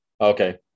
Okay